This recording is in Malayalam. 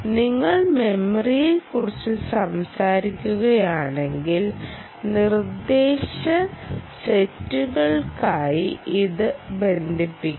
നിങ്ങൾ മെമ്മറിയെക്കുറിച്ച് സംസാരിക്കുകയാണെങ്കിൽ നിർദ്ദേശ സെറ്റുകളുമായി ഇത് ബന്ധിപ്പിക്കണം